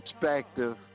perspective